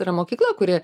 yra mokykla kuri